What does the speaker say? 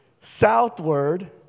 southward